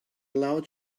loud